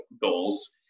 goals